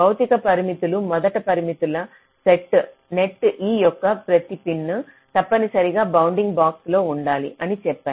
భౌతిక పరిమితులు మొదటి పరిమితుల సెట్ నెట్ e యొక్క ప్రతి పిన్ తప్పనిసరిగా బౌండింగ్ బాక్స్ లో ఉండాలి అని చెప్తారు